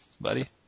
Buddy